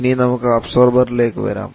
ഇനി നമുക്ക് അബ്സോർബർ ലേക്ക് വരാം